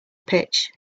pitch